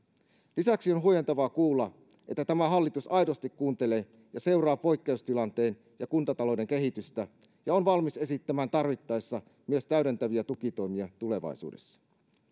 lisäksi on huojentavaa kuulla että tämä hallitus aidosti kuuntelee ja seuraa poikkeustilanteen ja kuntatalouden kehitystä ja on tarvittaessa valmis esittämään tulevaisuudessa myös täydentäviä tukitoimia